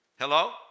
Hello